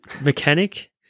mechanic